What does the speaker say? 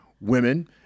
women